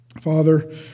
Father